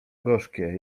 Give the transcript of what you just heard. gorzkie